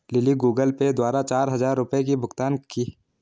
lily Google Pay द्वारा चार हजार रुपए की भुगतान की